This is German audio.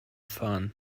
fahren